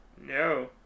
no